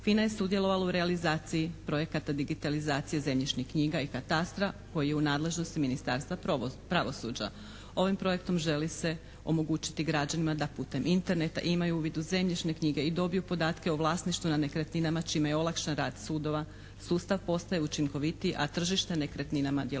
FINA je sudjelovala u realizaciji projekata digitalizacije zemljišnih knjiga i katastra koji je u nadležnosti Ministarstva pravosuđa. Ovim projektom želi se omogućiti građanima da putem Interneta imaju uvid u zemljišne knjige i dobiju podatke o vlasništvu nad nekretninama čime je olakšan rad sudova sustav postaje učinkovitiji, a tržište nekretninama djelotvornije.